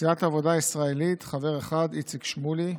סיעת העבודה הישראלית, חבר אחד: איציק שמולי,